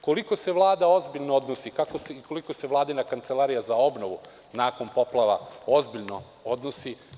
Koliko se Vlada ozbiljno odnosi, koliko se vladina Kancelarija za obnovu nakon poplava ozbiljno odnosi?